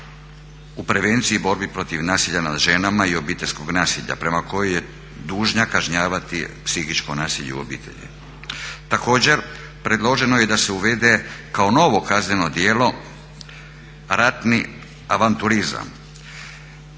u prevenciji i borbi protiv nasilja nad ženama i obiteljskog nasilja prema kojoj je dužna kažnjavati psihičko nasilje u obitelji. Također predloženo je i da se uvede kao novo kazneno djelo ratni avanturizam